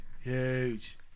Huge